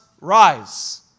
rise